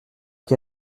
qui